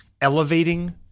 elevating